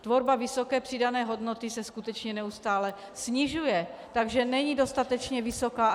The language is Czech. Tvorba vysoké přidané hodnoty se skutečně neustále snižuje, takže není dostatečně vysoká.